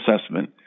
assessment